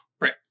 Right